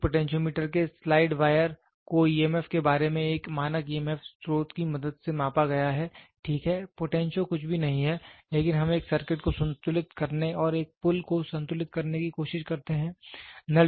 एक पोटेंशियोमीटर के slide wire को ईएमएफ के बारे में एक मानक ईएमएफ स्रोत की मदद से मापा गया है ठीक है पोटेंशियो कुछ भी नहीं है लेकिन हम एक सर्किट को संतुलित करने और एक पुल को संतुलित करने की कोशिश करते हैं